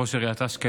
ראש עיריית אשקלון,